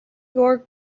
your